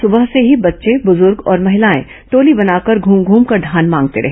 सुबह से ही बच्चे बुजूर्ग और महिलाएं टोली बनाकर घूम घूमकर धान मांगते रहे